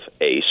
ace